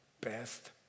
best